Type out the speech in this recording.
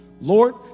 Lord